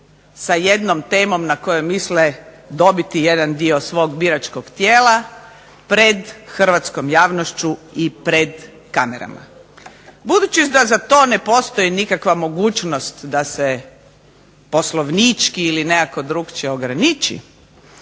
sa jednom temom na kojoj misle dobiti jedan dio svog biračkog tijela pred hrvatskom javnošću i pred kamerama. Budući da za to ne postoji nikakva mogućnost da se poslovnički ili nekako drukčije ograniči,